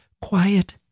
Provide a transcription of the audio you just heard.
quiet